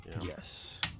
Yes